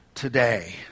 today